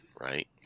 Right